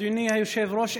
אדוני היושב-ראש,